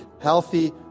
healthy